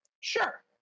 Sure